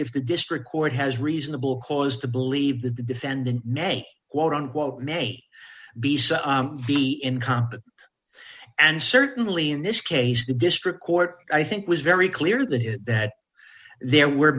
if the district court has reasonable cause to believe that the defend the name quote unquote may be so be in combat and certainly in this case the district court i think was very clear that it that there were